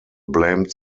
blamed